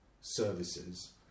services